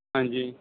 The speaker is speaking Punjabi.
ਹਾਂਜੀ